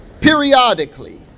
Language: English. periodically